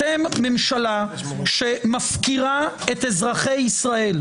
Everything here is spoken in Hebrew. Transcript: אתם ממשלה שמפקירה את אזרחי ישראל.